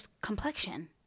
complexion